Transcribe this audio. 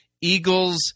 Eagles